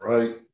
Right